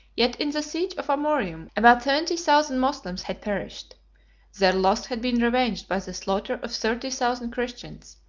yet in the siege of amorium about seventy thousand moslems had perished their loss had been revenged by the slaughter of thirty thousand christians,